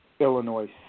Illinois